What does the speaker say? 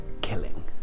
killing